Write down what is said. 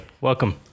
Welcome